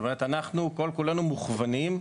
אנחנו כל כולנו מוכוונים.